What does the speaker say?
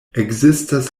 ekzistas